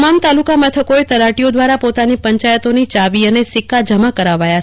તમામ તાલુકા મથકોએ તલાટીઓ દ્વારા પોતાની પંચાયતોની ચાવી અને સિક્કા જમા કરાવાયા હતા